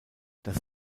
das